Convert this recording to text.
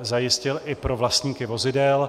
zajistil i pro vlastníky vozidel.